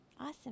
Awesome